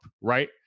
right